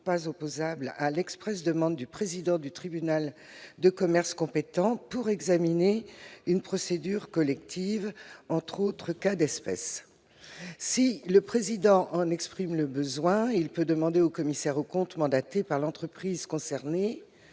pas opposable à l'expresse demande du président du tribunal de commerce compétent pour examiner une procédure collective, entre autres cas d'espèce : si le président en éprouve le besoin, il peut demander au commissaire aux comptes mandaté par l'entreprise concernée